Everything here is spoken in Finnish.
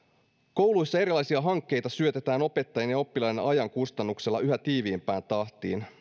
kouluissa erilaisia hankkeita syötetään opettajien ja oppilaiden ajan kustannuksella yhä tiiviimpään tahtiin